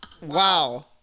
Wow